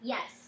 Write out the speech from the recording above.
Yes